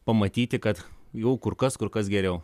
pamatyti kad jau kur kas kur kas geriau